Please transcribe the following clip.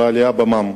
והעלייה במע"מ.